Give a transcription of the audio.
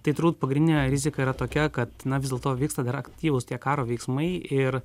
tai turbūt pagrindinė rizika yra tokia kad na vis dėlto vyksta dar aktyvūs tie karo veiksmai ir